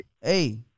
Hey